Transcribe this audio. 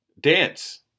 dance